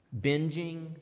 Binging